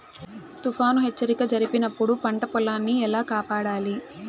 తుఫాను హెచ్చరిక జరిపినప్పుడు పంట పొలాన్ని ఎలా కాపాడాలి?